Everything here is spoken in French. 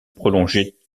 prolongeait